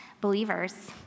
believers